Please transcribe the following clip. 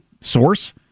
source